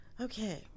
Okay